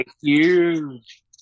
huge